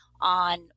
on